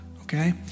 okay